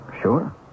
Sure